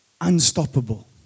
Unstoppable